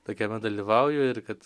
tokiame dalyvauju ir kad